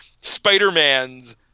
Spider-Man's